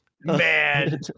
Man